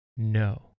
no